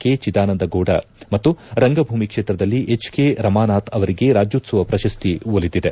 K Chidanandagowda ಮತ್ತು ರಂಗಭೂಮಿ ಕ್ಷೇತ್ರದಲ್ಲಿ ಎಚ್ ಕೆ ರಮಾನಾಥ್ ಅವರಿಗೆ ರಾಜ್ಯೋತ್ಸವ ಪ್ರಶಸ್ತಿ ಒಲಿದಿದೆ